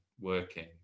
working